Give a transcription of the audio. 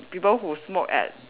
people who smoke at